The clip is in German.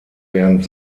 während